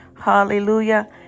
Hallelujah